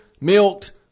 milked